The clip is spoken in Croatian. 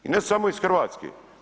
I ne samo iz Hrvatske.